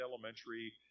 Elementary